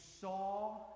saw